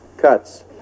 Cuts